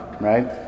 right